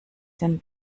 den